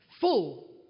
full